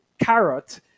carrot